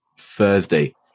Thursday